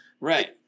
Right